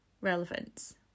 relevance